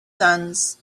sons